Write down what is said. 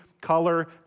color